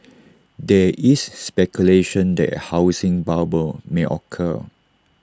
there is speculation that A housing bubble may occur